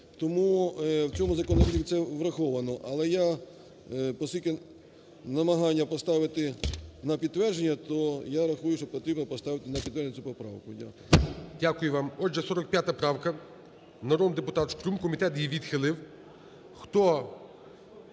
Тому в цьому законопроекті це враховано. Але я, поскільки намагання поставити на підтвердження, то я рахую, що потрібно поставити на підтвердження цю поправку. Дякую.